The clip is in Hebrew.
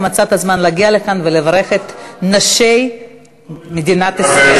ומצאת זמן להגיע לכאן ולברך את נשי מדינת ישראל.